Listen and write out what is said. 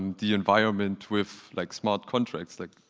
the environment with like smart contracts. like,